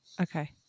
Okay